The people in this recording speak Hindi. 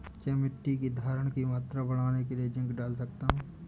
क्या मिट्टी की धरण की मात्रा बढ़ाने के लिए जिंक डाल सकता हूँ?